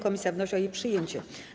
Komisja wnosi o jej przyjęcie.